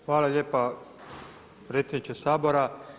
Hvala lijepa predsjedniče Sabora.